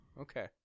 Okay